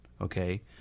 okay